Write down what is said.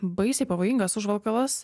baisiai pavojingas užvalkalas